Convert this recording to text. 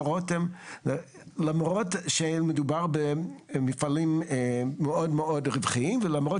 רותם למרות שהיה מדובר במפעלים מאוד רווחיים ולמרות